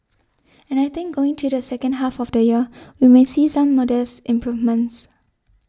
and I think going to the second half of the year we may see some modest improvements